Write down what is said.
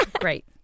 Great